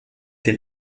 den